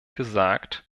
gesagt